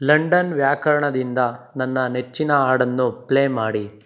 London ವ್ಯಾಕರಣದಿಂದ ನನ್ನ ನೆಚ್ಚಿನ ಹಾಡನ್ನು ಪ್ಲೇ ಮಾಡಿ